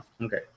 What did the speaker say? okay